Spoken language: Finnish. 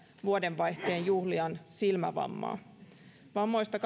vuodenvaihteen juhlijan silmävammaa vammoista